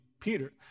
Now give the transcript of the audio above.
Peter